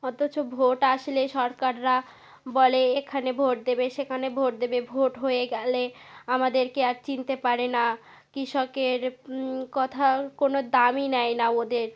অথচ ভোট আসলে সরকাররা বলে এখানে ভোট দেবে সেখানে ভোট দেবে ভোট হয়ে গেলে আমাদেরকে আর চিনতে পারে না কৃষকের কথার কোনো দামই নেয় না ওদের